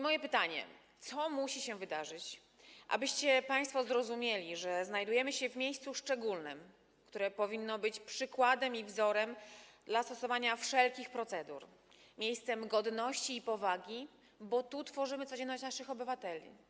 Moje pytanie brzmi: Co musi się wydarzyć, abyście państwo zrozumieli, że znajdujemy się w miejscu szczególnym, które powinno być przykładem i wzorem dla stosowania wszelkich procedur, miejscem godności i powagi, bo tu tworzymy codzienność naszych obywateli?